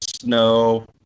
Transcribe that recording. snow